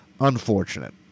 Unfortunate